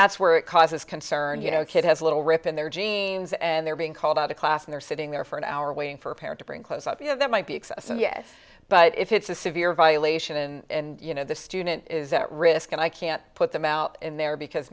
that's where it causes concern you know a kid has a little rip in their jeans and they're being called out of class and they're sitting there for an hour waiting for a parent to bring close up you have that might be excessive yes but if it's a severe violation and you know the student is that risk and i can't put them out in there because